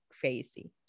crazy